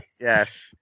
yes